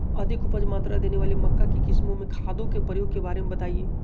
अधिक उपज मात्रा देने वाली मक्का की किस्मों में खादों के प्रयोग के बारे में बताएं?